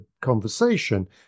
conversation